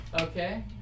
Okay